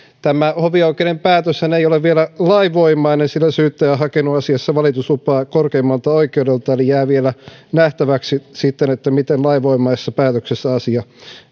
tämä hovioikeuden päätöshän ei ole vielä lainvoimainen sillä syyttäjä on hakenut asiassa valituslupaa korkeimmalta oikeudelta eli jää vielä nähtäväksi sitten miten lainvoimaisessa päätöksessä asia